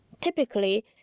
Typically